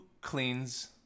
cleans